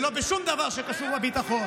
ולא בשום דבר שקשור לביטחון,